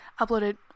uploaded